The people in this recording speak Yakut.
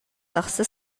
тахса